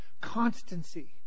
constancy